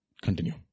Continue